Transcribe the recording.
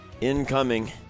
incoming